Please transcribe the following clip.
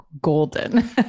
golden